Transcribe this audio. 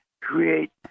create